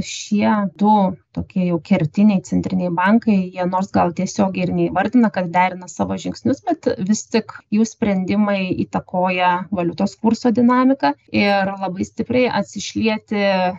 šie du tokie jau kertiniai centriniai bankai jie nors gal tiesiogiai ir neįvardina kad derina savo žingsnius bet vis tik jų sprendimai įtakoja valiutos kurso dinamiką ir labai stipriai atsišlieti